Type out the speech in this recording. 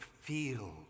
feel